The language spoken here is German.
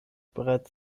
bereits